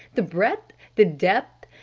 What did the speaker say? the breadth! the depth.